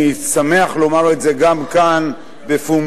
ואני שמח לומר את זה גם כאן בפומבי,